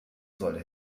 soll